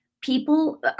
People